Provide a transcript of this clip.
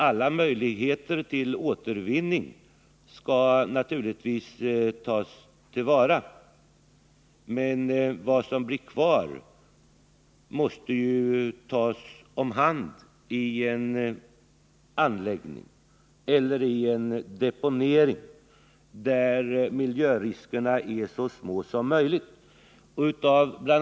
Alla möjligheter till återvinning skall naturligtvis tas till vara. Men det avfall som blir kvar måste ju tas om hand i en anläggning eller deponeras på ett sätt som medför så små miljörisker som möjligt. Bl.